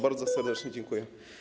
Bardzo serdecznie dziękuję.